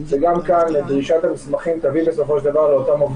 אם זה גם כאן דרישת המסמכים תביא בסופו של דבר למצוקה